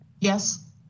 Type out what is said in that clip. Yes